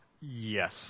Yes